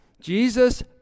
Jesus